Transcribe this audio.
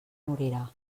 morirà